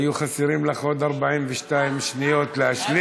היו חסרות לך עוד 42 שניות להשלים.